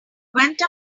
went